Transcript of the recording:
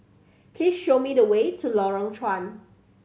please show me the way to Lorong Chuan